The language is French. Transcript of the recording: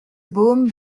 baume